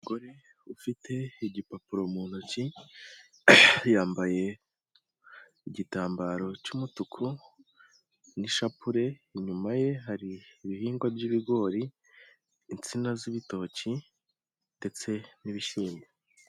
Umugore ufite igipapuro mu ntoki, yambaye igitambaro cy'umutuku n'ishapure, inyuma ye hari ibihingwa by'ibigori, insina z'ibitoki ndetse n'ibishyimbo.